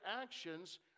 actions